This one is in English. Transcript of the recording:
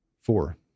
four